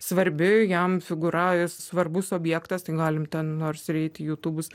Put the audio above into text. svarbi jam figūra svarbus objektas tai galim ten nors ir ir eit į youtubus